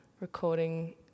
recording